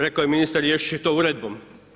Rekao je ministar, riješiti će se to uredbom.